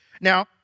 Now